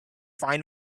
fine